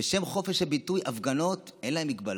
בשם חופש הביטוי, הפגנות, אין להן הגבלה.